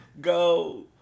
go